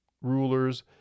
rulers